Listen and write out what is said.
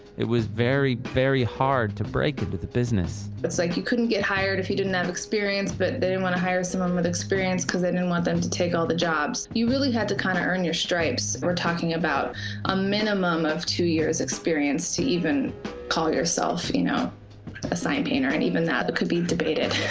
it was very very hard to break it to the business it's like you couldn't get hired if you didn't have experience but they don't want to hire someone with experience because they didn't want them to take all the jobs. you really have to kind of earn your stripes. we're talking about a minimum of two years experience to even call yourself you know a sign painter, and even that it could be debated.